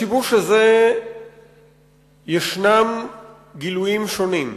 לשיבוש הזה ישנם גילויים שונים.